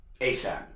ASAP